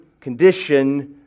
condition